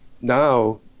now